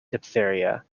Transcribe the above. diphtheria